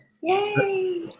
Yay